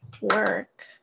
work